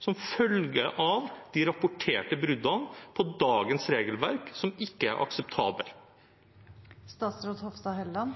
som følge av de rapporterte bruddene på dagens regelverk, som ikke er